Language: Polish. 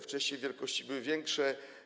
Wcześniej wartości były większe.